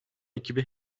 ekibi